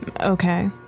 Okay